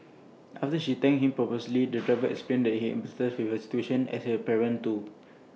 after she thanked him profusely the driver explained that he empathised with her situation as he is A parent too